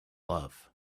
love